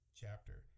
chapter